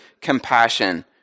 compassion